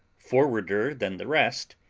forwarder than the rest,